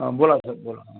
हां बोला सर बोला